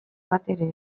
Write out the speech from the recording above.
batere